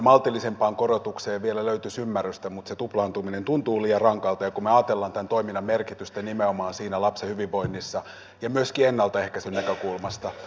maltillisempaan korotukseen vielä löytyisi ymmärrystä mutta se tuplaantuminen tuntuu liian rankalta kun me ajattelemme tämän toiminnan merkitystä nimenomaan siinä lapsen hyvinvoinnissa ja myöskin ennaltaehkäisyn näkökulmasta